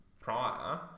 prior